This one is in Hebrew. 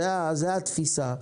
זאת התפיסה.